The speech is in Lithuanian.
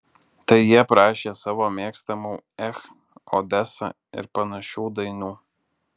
tai jie prašė savo mėgstamų ech odesa ir panašių dainų